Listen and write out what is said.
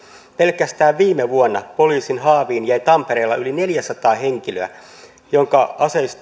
pelkästään viime vuonna poliisin haaviin jäi tampereella yli neljäsataa henkilöä joiden